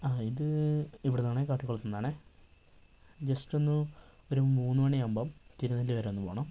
ആ ഇത് ഇവിടെ നിന്നാണ് കാട്ടിക്കുളത്തു നിന്നാണ് ജസ്റ്റ് ഒന്നു ഒരു മൂന്ന് മണിയാവുമ്പം തിരുനെല്ലി വരെ ഒന്ന് പോകണം